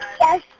Yes